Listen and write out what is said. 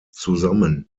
zusammen